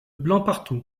blancpartout